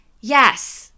Yes